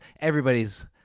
everybody's